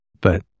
But-